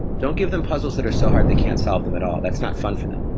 don't give them puzzles that are so hard they can't solve them at all. that's not fun for them.